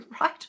right